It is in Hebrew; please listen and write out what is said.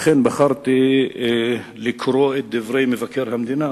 לכן בחרתי לקרוא את דברי מבקר המדינה,